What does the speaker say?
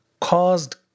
caused